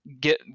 get